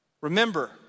Remember